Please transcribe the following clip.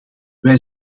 wij